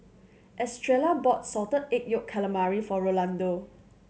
Estrella bought Salted Egg Yolk Calamari for Rolando